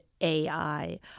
AI